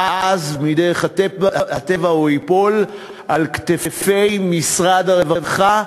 ואז מדרך הטבע הם ייפלו על כתפי משרד הרווחה,